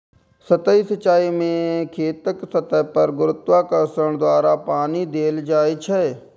सतही सिंचाइ मे खेतक सतह पर गुरुत्वाकर्षण द्वारा पानि देल जाइ छै